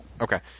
Okay